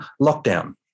lockdown